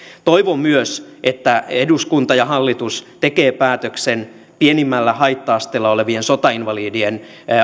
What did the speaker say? toivon myös että eduskunta ja hallitus tekee päätöksen pienimmällä haitta asteella olevien sotainvalidien